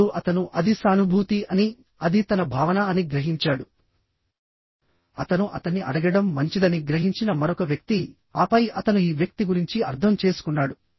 అప్పుడు అతను అది సానుభూతి అని అది తన భావన అని గ్రహించాడు అతను అతన్ని అడగడం మంచిదని గ్రహించిన మరొక వ్యక్తి ఆపై అతను ఈ వ్యక్తి గురించి అర్థం చేసుకున్నాడు